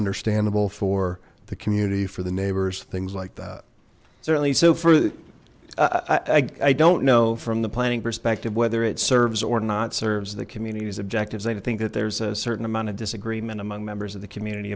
understandable for the community for the neighbors things like that certainly so for iii i don't know from the planning perspective whether it serves or not serves the communities objectives i think that there's a certain amount of disagreement among members of the community